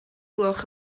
gloch